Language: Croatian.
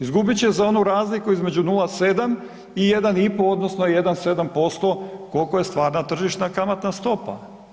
Izgubit će na onu razliku između 0,7 i 1,5 odnosno 1,7% koliko je stvarna tržišna kamatna stopa.